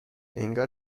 انگار